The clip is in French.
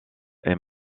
est